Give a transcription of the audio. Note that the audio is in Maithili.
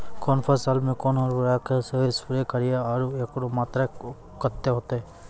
कौन फसल मे कोन उर्वरक से स्प्रे करिये आरु एकरो मात्रा कत्ते होते?